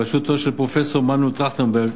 בראשותו של פרופסור מנואל טרכטנברג.